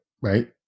right